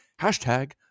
hashtag